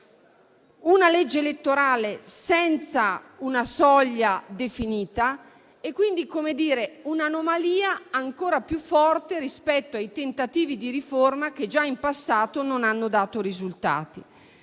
una legge elettorale senza una soglia definita, quindi con un'anomalia ancora più forte rispetto ai tentativi di riforma che già in passato non hanno dato risultati.